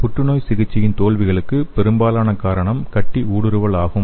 புற்றுநோய் சிகிச்சையின் தோல்விகளுக்கு பெரும்பாலான காரணம் கட்டி ஊடுருவல் ஆகும்